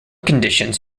conditions